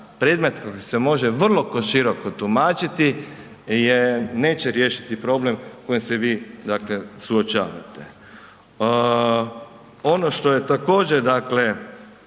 predmeta kojeg se može vrlo široko tumačiti je neće riješiti problem s kojim se vi dakle suočavate. Ono što je također sporno